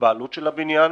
לגבי העלות של הבניין.